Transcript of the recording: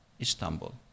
Istanbul